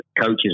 coaches